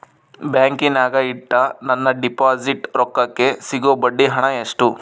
ಬ್ಯಾಂಕಿನಾಗ ಇಟ್ಟ ನನ್ನ ಡಿಪಾಸಿಟ್ ರೊಕ್ಕಕ್ಕೆ ಸಿಗೋ ಬಡ್ಡಿ ಹಣ ಎಷ್ಟು?